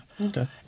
Okay